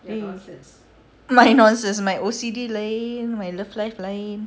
my nonsense my O_C_D lain my love life lain